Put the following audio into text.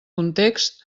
context